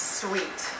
sweet